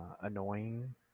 annoying